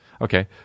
Okay